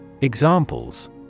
Examples